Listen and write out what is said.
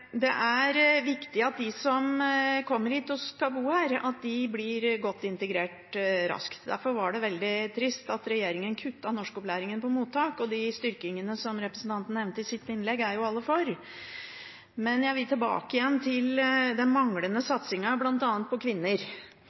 Det er viktig at de som kommer hit og skal bo her, blir godt integrert raskt. Derfor var det veldig trist at regjeringen kuttet i norskopplæringen på mottak. De styrkingene som representanten nevnte i sitt innlegg, er jo alle for. Jeg vil tilbake til den manglende satsingen bl.a. på kvinner.